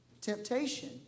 Temptation